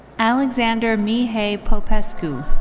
alexander mihai popescu.